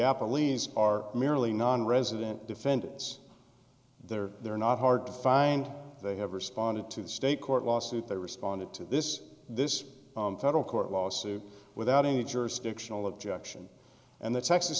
apple lees are merely nonresident defendants there they are not hard to find they have responded to the state court lawsuit they responded to this this federal court lawsuit without any jurisdictional objection and the texas